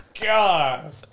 God